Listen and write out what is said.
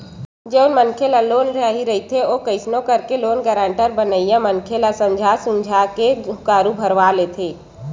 जउन मनखे ल लोन चाही रहिथे ओ कइसनो करके लोन गारेंटर बनइया मनखे ल समझा सुमझी के हुँकारू भरवा लेथे